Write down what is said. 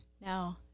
No